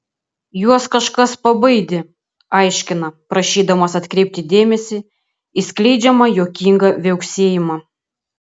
juos kažkas pabaidė aiškina prašydamas atkreipti dėmesį į skleidžiamą juokingą viauksėjimą